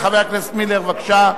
חבר הכנסת מילר, בבקשה.